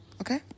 Okay